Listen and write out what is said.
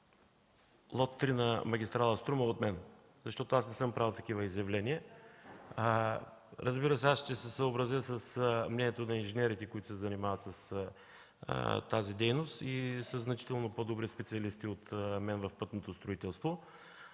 лот 3 на магистрала „Струма” от мен, защото не съм правил такива изявления. Аз ще се съобразя с мнението на инженерите, които се занимават с тази дейност и са значително по-добри специалисти от мен в пътното строителство.